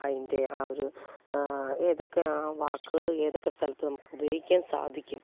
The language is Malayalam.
അതിൻ്റെ ആ ഒരു ഏതൊക്കെ ആ വാക്കുകൾ ഏതൊക്കെ സ്ഥലത്തു നമുക്ക് ഉപയോഗിക്കാൻ സാധിക്കും